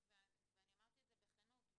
ואני אמרתי את זה בכנות,